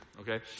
okay